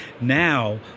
Now